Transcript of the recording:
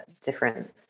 different